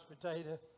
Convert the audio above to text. potato